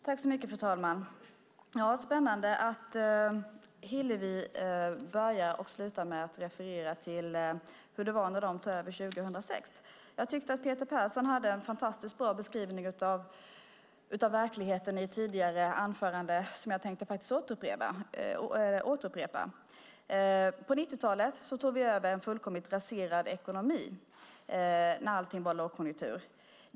Fru talman! Det är spännande att Hillevi Engström börjar och slutar med att referera till hur det var när de tog över 2006. Jag tyckte att Peter Persson i ett tidigare anförande hade en fantastiskt bra beskrivning av verkligheten som jag tänkte upprepa. På 90-talet tog vi över en fullkomligt raserad ekonomi när allting var lågkonjunktur.